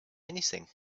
anything